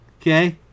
okay